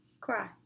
Cry